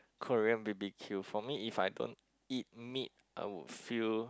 Korean B_B_Q for me if I don't eat meat I would feel